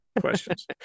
questions